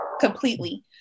completely